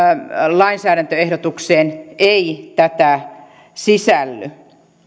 lainsäädäntöehdotukseen ei tätä sisälly